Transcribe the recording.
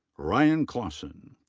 ryan clawson.